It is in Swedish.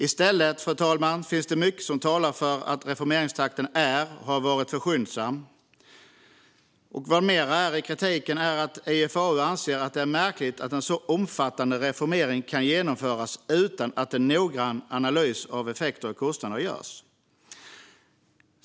I stället, fru talman, finns det mycket som talar för att reformeringstakten är och har varit för skyndsam. IFAU anser även att det är märkligt att en så omfattande reformering kan genomföras utan att en noggrann analys av effekter och kostnader görs.